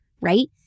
right